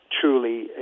truly